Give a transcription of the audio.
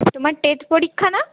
তোমার টেস্ট পরীক্ষা না